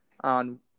on